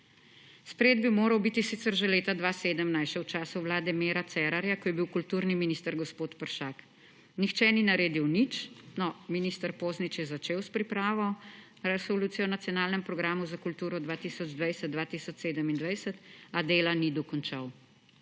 Sprejet bi moral biti sicer že leta 2017 še v času vlade Mira Cerarja, ko je bil kulturni minister gospod Peršak. Nihče ni naredil nič, no minister Poznič je začel s pripravo Resolucijo o nacionalnem programu za kulturo 2020–2027, a dela ni dokončal,